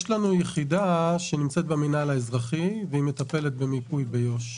יש לנו יחידה שנמצאת במינהל האזרחי והיא מטפלת במיפוי ביו"ש.